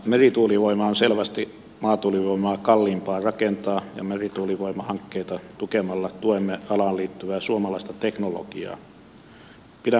merituulivoima on selvästi maatuulivoimaa kalliimpaa rakentaa ja merituulivoimahankkeita tukemalla tuemme alaan liittyvää suomalaista teknologiaa